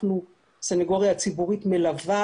הסנגוריה הציבורית מלווה